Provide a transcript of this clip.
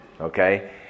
Okay